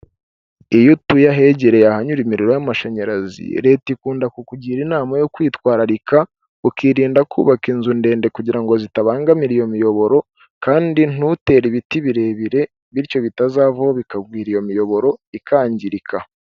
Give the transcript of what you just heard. Iyo utuye ahegereye ahanyura imiriro y'amashanyarazi, leta ikunda kukugira inama yo kwitwararika ukirinda kubaka inzu ndende kugira ngo zitabangamira iyo miyoboro, kandi ntutere ibiti birebire, bityo bitazavaho bikagwira iyo miyoboro ikangirika.